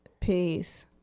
Peace